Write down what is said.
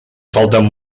falten